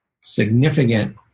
significant